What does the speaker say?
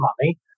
money